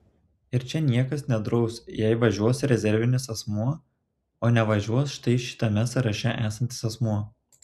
ir čia niekas nedraus jei važiuos rezervinis asmuo o nevažiuos štai šitame sąraše esantis asmuo